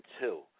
two